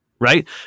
Right